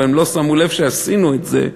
אבל הם לא שמו לב שעשינו את זה,